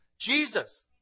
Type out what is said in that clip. Jesus